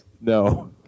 No